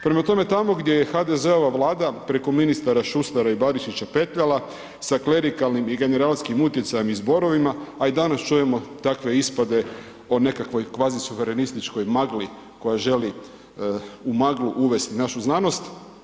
Prema tome, tamo gdje je HDZ-ova Vlada preko ministara Šustera i Barišića petljala, sa klerikalnim i generalskim utjecajem i zborovima, a i danas čujemo takve ispade o nekakvoj kvazisuverenističkoj magli koja želi u maglu uvesti našu znanost.